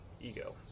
ego